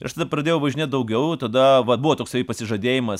ir aš tada pradėjau važinėt daugiau tada vat buvo toksai pasižadėjimas